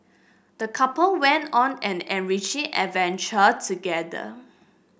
the couple went on an enriching adventure together